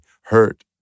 hurt